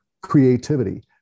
creativity